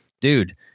dude